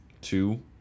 two